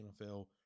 NFL